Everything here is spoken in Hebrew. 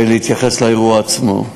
ובהתייחס לאירוע עצמו: